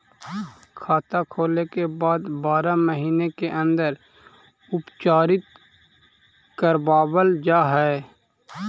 खाता खोले के बाद बारह महिने के अंदर उपचारित करवावल जा है?